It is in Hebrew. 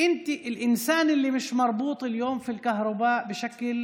אדם שאיננו מחובר כיום לחשמל בצורה